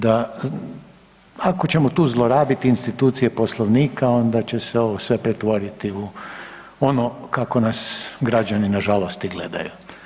Da, ako ćemo tu zlorabiti institucije Poslovnika, onda će se ovo sve pretvoriti u ono kako nas građani nažalost i gledaju.